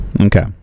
Okay